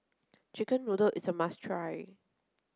chicken noodles is a must try